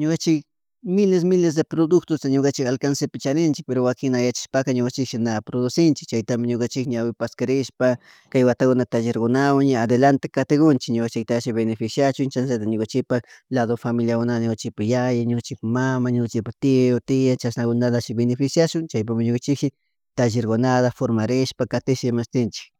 ñukanchik miles miles miles de productosta ñukanchik alcancepi charinchik pero wakin mana yachakpaka ñukunchish na producinchik chaytami ñukunchik ñawi pascarishpa kay watakuna tallerkunawan ña adelante katikunchik ñukanchikta beneficiachon chashnalaltak ñukanchikpak lado familia wan ñukanchipak yaya ñukanchipak mama ñukunchipák tio, tia, chashanakuna benefiaciashon chapukmi ñukunchishi tallerkunata formarsh katish imashtinchik